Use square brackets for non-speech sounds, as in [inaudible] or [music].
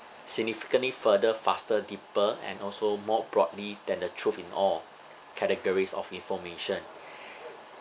significantly further faster deeper and also more broadly than the truth in all categories of information [breath]